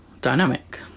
dynamic